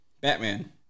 Batman